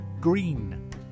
Green